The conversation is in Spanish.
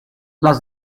las